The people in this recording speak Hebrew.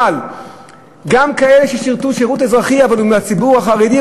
אבל גם כאלה ששירתו שירות אזרחי אבל הם מהציבור החרדי,